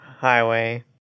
highway